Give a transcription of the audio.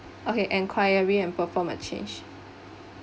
okay enquiry and perform a change